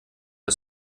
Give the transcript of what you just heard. der